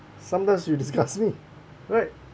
sometimes you disgust me right